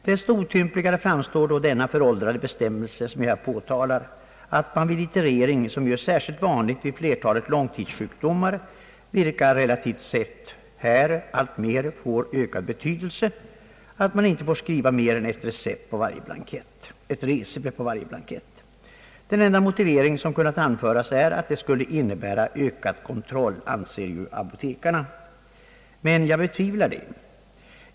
Desto otympligare framstår då denna föråldrade bestämmelse som jag här påtalat, att man vid iterering, som ju är särskilt vanlig vid flertalet långtidssjukdomar — vilka relativt sett får alltmer ökad betydelse — inte får skriva mer än ett recipe på varje blankett. Den enda motivering som kunnat anföras är att det skulle innebära ökad kontroll, enligt apotekar na. Men jag betvivlar det.